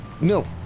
no